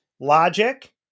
logic